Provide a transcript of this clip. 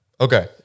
Okay